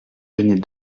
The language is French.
geniez